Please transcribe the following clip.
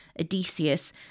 Odysseus